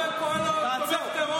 קורא לו "תומך טרור".